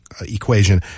equation